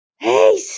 Hey